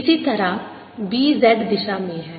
इसी तरह B z दिशा में है